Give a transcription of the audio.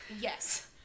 yes